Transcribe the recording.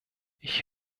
ich